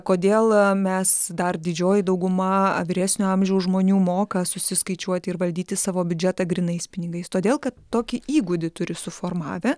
kodėl mes dar didžioji dauguma vyresnio amžiaus žmonių moka susiskaičiuoti ir valdyti savo biudžetą grynais pinigais todėl kad tokį įgūdį turi suformavę